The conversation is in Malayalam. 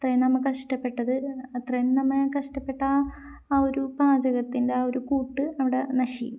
അത്രയും നമ്മൾ കഷ്ടപ്പെട്ടത് അത്രയും നമ്മൾ കഷ്ടപ്പെട്ട ആ ആ ഒരു പാചകത്തിൻ്റെ ആ ഒരു കൂട്ട് അവിടെ നശിക്കും